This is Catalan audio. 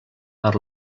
per